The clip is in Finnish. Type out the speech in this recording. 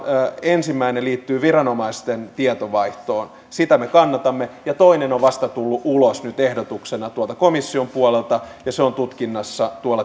ensimmäinen liittyy viranomaisten tietojenvaihtoon sitä me kannatamme ja toinen on vasta tullut ulos nyt ehdotuksena tuolta komission puolelta ja se on tutkinnassa